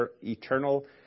eternal